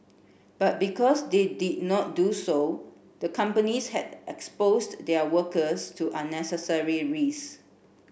but because they did not do so the companies had exposed their workers to unnecessary risks